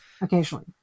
occasionally